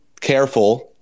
careful